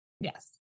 Yes